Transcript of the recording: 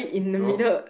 no